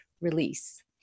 release